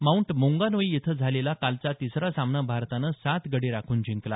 Mount Maunganui इथं झालेला कालचा तिसरा सामना भारतानं सात गडी राखून जिंकला